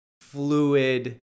fluid